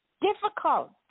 difficult